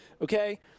okay